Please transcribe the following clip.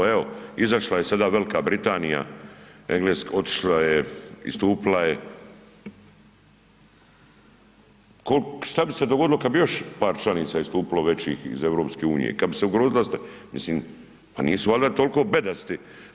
Evo izašla je sada Velika Britanija, otišla je, istupila je šta bi se dogodilo kada bi par članica istupilo većih iz EU, kada bi se ugrozila, mislim pa nisu valjda toliko bedasti.